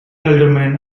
aldermen